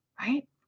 Right